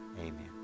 amen